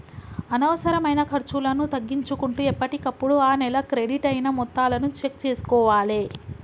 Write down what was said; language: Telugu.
అనవసరమైన ఖర్చులను తగ్గించుకుంటూ ఎప్పటికప్పుడు ఆ నెల క్రెడిట్ అయిన మొత్తాలను చెక్ చేసుకోవాలే